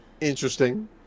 Interesting